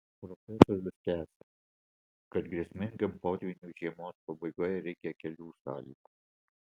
profesorius tęsia kad grėsmingam potvyniui žiemos pabaigoje reikia kelių sąlygų